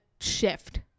shift